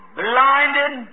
blinded